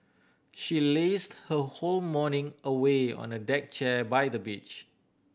she lazed her whole morning away on a deck chair by the beach